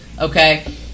Okay